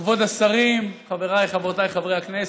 כבוד השרים, חבריי וחברותיי חברי הכנסת,